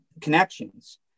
connections